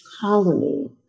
colony